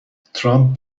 ترامپ